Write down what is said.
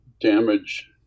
damage